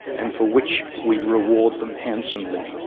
and for which we reward them handsomely.